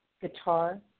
guitar